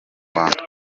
rwanda